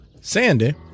Sandy